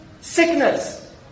sickness